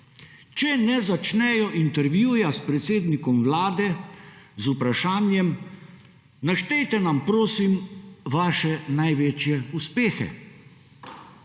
če ne začnejo intervjuja s predsednikom vlade z vprašanjem »naštejte nam, prosim, vaše največje uspehe«.